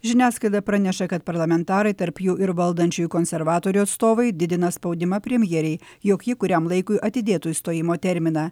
žiniasklaida praneša kad parlamentarai tarp jų ir valdančiųjų konservatorių atstovai didina spaudimą premjerei jog ji kuriam laikui atidėtų išstojimo terminą